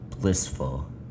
blissful